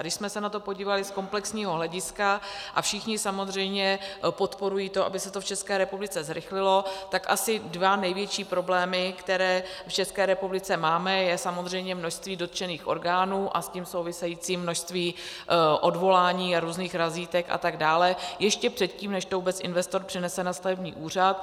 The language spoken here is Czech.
A když jsme se na to podívali z komplexního hlediska, a všichni samozřejmě podporují to, aby se to v České republice zrychlilo, tak asi dva největší problémy, které v České republice máme, je samozřejmě množství dotčených orgánů a s tím související množství odvolání a různých razítek a tak dále ještě předtím, než to vůbec investor přinese na stavební úřad.